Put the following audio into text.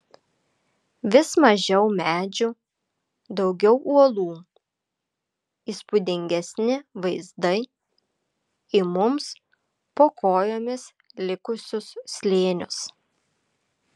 vis mažiau medžių daugiau uolų įspūdingesni vaizdai į mums po kojomis likusius slėnius